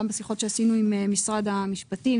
גם בשיחות שעשינו עם משרד המשפטים,